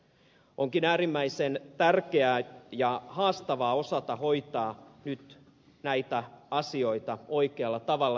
onkin äärimmäisen tärkeää ja haastavaa osata hoitaa nyt näitä asioita oikealla tavalla